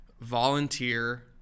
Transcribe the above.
volunteer